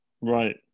Right